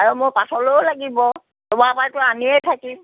আৰু মোক পাছলৈও লাগিব